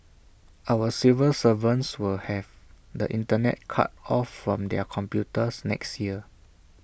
our civil servants will have the Internet cut off from their computers next year